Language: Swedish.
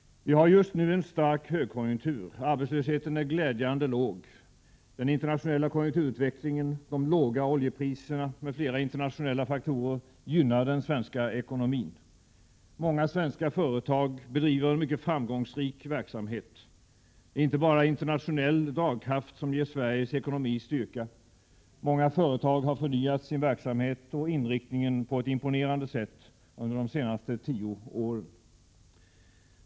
Vi har just nu en stark högkonjunktur. Arbetslösheten är glädjande låg. Den internationella konjunkturutvecklingen, de låga oljepriserna m.fl. internationella faktorer gynnar den svenska ekonomin. Många svenska företag bedriver en mycket framgångsrik verksamhet. Det är inte bara internationell dragkraft som ger Sveriges ekonomi styrka. Många företag har förnyat sin verksamhet och inriktning på ett imponerande sätt under de senaste tio åren.